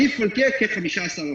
ה- defaultיהיה כ-15%.